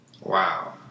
Wow